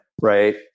right